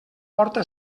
porta